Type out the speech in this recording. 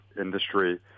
industry